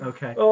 Okay